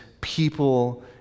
people